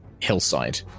hillside